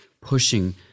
pushing